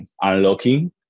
unlocking